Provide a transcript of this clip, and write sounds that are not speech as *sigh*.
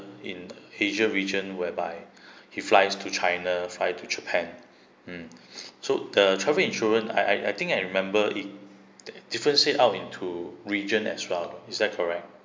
in asia region whereby *breath* he flies to china fly to japan mm so the travel insurance I I I think I remember it differentiate out into region as well is that correct